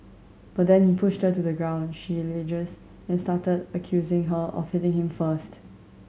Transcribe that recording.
but then he pushed her to the ground she alleges and started accusing her of hitting him first